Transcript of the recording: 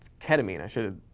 ketamine. i should've,